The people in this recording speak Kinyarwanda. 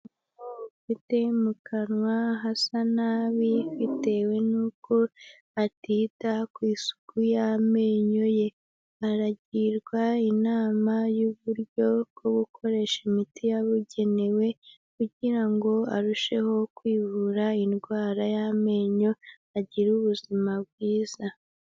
Mu kanwa hasa nabi bitewe n'uko atita ku isuku y'amenyo ye, aragirwa inama y'uburyo bwo gukoresha imiti yabugenewe, kugira ngo arusheho kwivura indwara y'amenyo agire ubuzima bwiza.